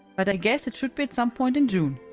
but i guess it should be at some point in june.